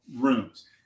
rooms